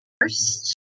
first